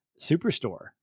Superstore